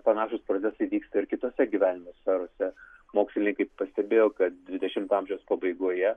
panašūs procesai vyksta ir kitose gyvenimo sferose mokslininkai pastebėjo kad dvidešimto amžiaus pabaigoje